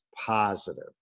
positive